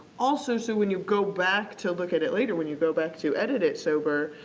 also, so when you go back to look at it later, when you go back to edit it sober,